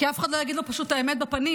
כי אף אחד לא יגיד לו פשוט את האמת בפנים.